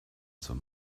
zum